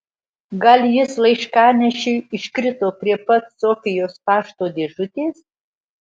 gal jis laiškanešiui iškrito prie pat sofijos pašto dėžutės